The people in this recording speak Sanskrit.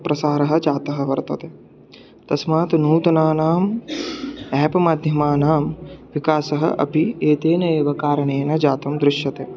प्रसारः जातः वर्तते तस्मात् नूतनानाम् आप् माध्यमानां विकासः अपि एतेन एव कारणेन जातं दृश्यते